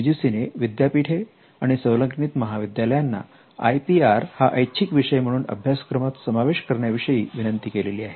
यूजीसीने विद्यापीठे आणि संलग्नित महाविद्यालयांना आय पी आर हा ऐच्छिक विषय म्हणून अभ्यासक्रमात समावेश करण्याविषयी विनंती केलेली आहे